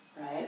right